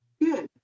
Good